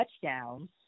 touchdowns